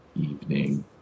evening